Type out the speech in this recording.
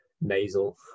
nasal